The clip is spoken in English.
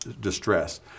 distress